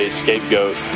scapegoat